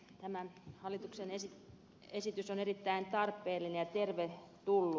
tämä hallituksen esitys on erittäin tarpeellinen ja tervetullut